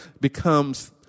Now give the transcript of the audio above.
becomes